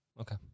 Okay